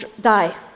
die